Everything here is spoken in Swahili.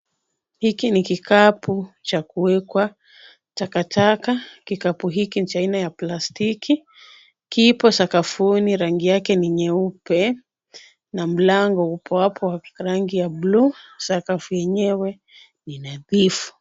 Hiki ni kikapu cha kuwekwa takataka, kikapu hiki ni cha aina ya plastiki kipo sakafuni. Rangi yake ni nyeupe na mlango upo hapo wa rangi ya bluu, sakafu yenyewe ni nadhifu.